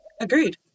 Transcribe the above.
agreed